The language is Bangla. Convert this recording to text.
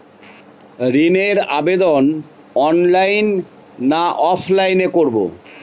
ঋণের আবেদন অনলাইন না অফলাইনে করব?